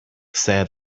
said